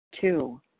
Two